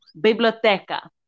Biblioteca